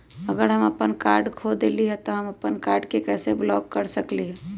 अगर हम अपन कार्ड खो देली ह त हम अपन कार्ड के कैसे ब्लॉक कर सकली ह?